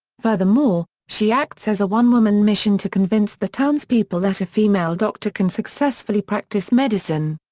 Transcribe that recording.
furthermore, she acts as a one-woman mission to convince the townspeople that a female doctor can successfully practice medicine.